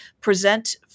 present